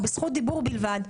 בזכות דיבור בלבד.